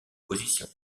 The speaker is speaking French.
position